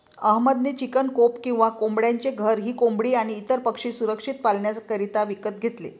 अहमद ने chicken coop किंवा कोंबड्यांचे घर ही कोंबडी आणी इतर पक्षी सुरक्षित पाल्ण्याकरिता विकत घेतले